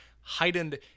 heightened